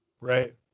right